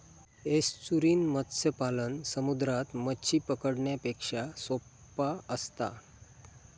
estuarine मत्स्य पालन समुद्रात मच्छी पकडण्यापेक्षा सोप्पा असता